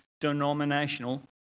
denominational